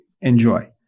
enjoy